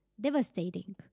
devastating